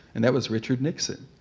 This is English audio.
and that was richard nixon.